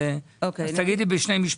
אז תגידי בשני משפטים.